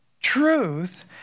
Truth